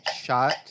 Shot